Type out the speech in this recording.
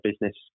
business